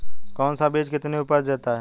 कौन सा बीज कितनी उपज देता है?